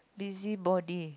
busybody